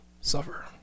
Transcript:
suffer